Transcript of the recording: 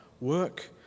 Work